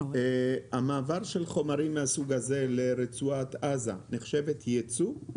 המעבר של חומרים מהסוג הזה לרצועת עזה נחשב ייצוא?